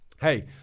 Hey